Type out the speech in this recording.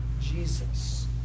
Jesus